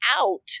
out